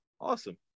Awesome